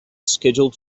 scheduled